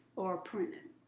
or printed.